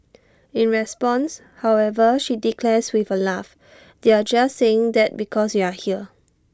in response however she declares with A laugh they're just saying that because you're here